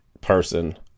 person